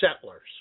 settlers